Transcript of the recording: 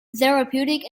therapeutic